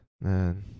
man